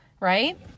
right